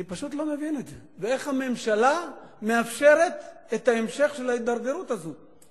פשוט לא מבין את זה ואיך הממשלה מאפשרת את המשך ההידרדרות הזאת.